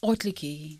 o atlikėjai